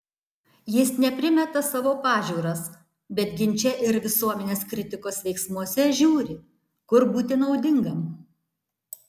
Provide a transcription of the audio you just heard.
jis ne primeta savo pažiūras bet ginče ir visuomenės kritikos veiksmuose žiūri kur būti naudingam